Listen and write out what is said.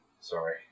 Sorry